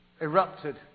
erupted